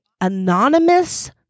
anonymous